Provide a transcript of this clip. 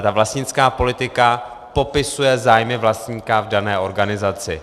Ta vlastnická politika popisuje zájmy vlastníka v dané organizaci.